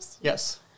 Yes